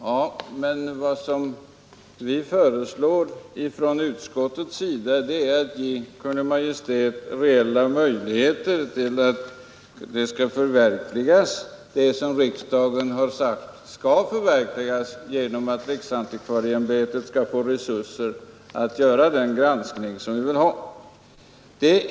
Ja, men vad vi föreslår från utskottsmajoritetens sida är att riksdagen skall ge Kungl. Maj:t reella möjligheter att förverkliga det som riksdagen redan har sagt skall förverkligas — och det kan ske genom att riksantikvarieämbetet får resurser att göra den granskning vi vill ha.